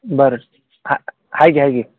बरं हा आहे की आहे की